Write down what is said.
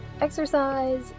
exercise